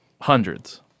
Hundreds